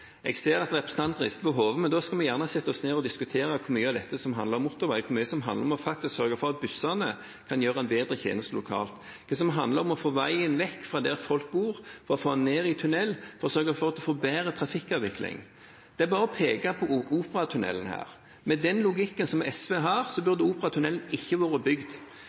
Jeg ser at representanten rister på hodet, men da kan vi sette oss ned og diskutere hvor mye av dette som handler om motorvei, og hvor mye som handler om faktisk å sørge for at bussene kan gi en bedre tjeneste lokalt. Det handler om å få veien vekk fra der folk bor, få den ned i tunnel og få bedre trafikkavvikling. Det er bare å peke på Operatunnelen her i Oslo. Med den logikken SV har, burde Operatunnelen ikke vært bygd.